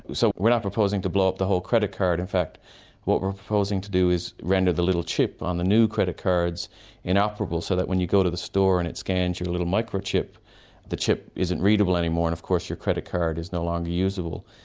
so we're not proposing to blow up the whole credit card. in fact what we're proposing to do is render the little chip on the new credit cards inoperable so that when you go to the store and it scans your little microchip the chip isn't readable any more and of course your credit card is no longer usable.